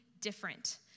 different